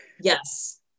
yes